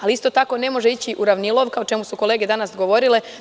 Ali, isto tako, ne može ići uravnilovka, o čemu su kolege danas govorile.